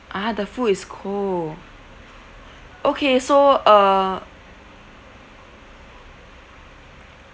ah the food is cold okay so err